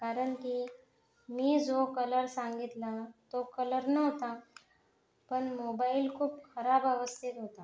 कारण की मी जो कलर सांगितला तो कलर नव्हता पण मोबाईल खूप खराब अवस्थेत होता